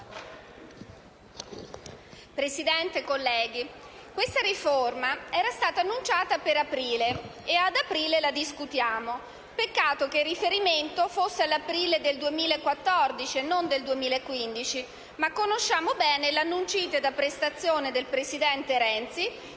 Presidente, colleghi, questa riforma era stata annunciata per aprile, e ad aprile la discutiamo. Peccato che il riferimento fosse all'aprile del 2014 e non del 2015, ma conosciamo bene l'"annuncite" da prestazione del presidente Renzi,